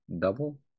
double